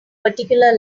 particular